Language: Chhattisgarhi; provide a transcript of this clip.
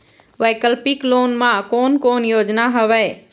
वैकल्पिक लोन मा कोन कोन योजना हवए?